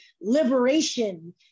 liberation